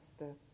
master